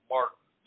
Martin